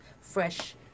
fresh